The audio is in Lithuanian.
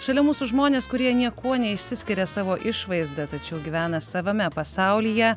šalia mūsų žmonės kurie niekuo neišsiskiria savo išvaizda tačiau gyvena savame pasaulyje